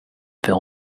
fill